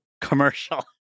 commercial